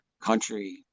country